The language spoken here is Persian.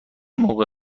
موقع